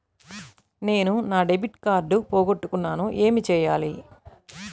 నేను నా debit card పోగొట్టుకున్నాను ఏమి చేయాలి?